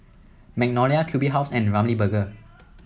Magnolia Q B House and Ramly Burger